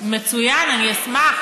מצוין, אני אשמח.